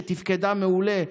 שתפקדה מעולה,